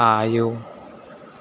आयौ